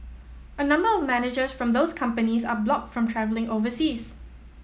a number of managers from those companies are blocked from travelling overseas